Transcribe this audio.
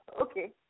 Okay